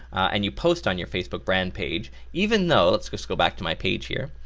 and you post on your facebook brand page, even though, lets just go back to my page here,